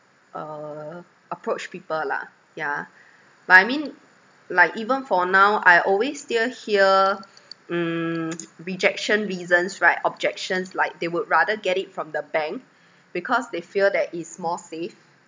uh approach people lah yeah but I mean like even for now I always still hear mm rejection reasons right objections like they would rather get it from the bank because they feel that it's more safe